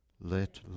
let